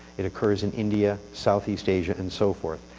it occurs in india, southeast asia, and so forth.